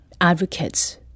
advocates